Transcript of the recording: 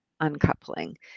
uncoupling